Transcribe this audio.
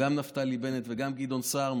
גם נפתלי בנט וגם גדעון סער,